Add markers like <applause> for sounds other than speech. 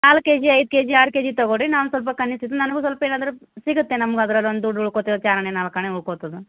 ನಾಲ್ಕು ಕೆಜಿ ಐದು ಕೆಜಿ ಆರು ಕೆಜಿ ತಗೊಳ್ಳಿರಿ ನಾನು ಸ್ವಲ್ಪ <unintelligible> ನನಗೂ ಸ್ವಲ್ಪ ಏನಾದರೂ ಸಿಗುತ್ತೆ ನಮ್ಗೆ ಅದ್ರಲ್ಲಿ ಒಂದು ದುಡ್ಡು ಉಳ್ಕೊತೀವಿ ಚಾರಾಣೆ ನಾಲ್ಕಾಣೆ ಉಳ್ಕೊತದೆ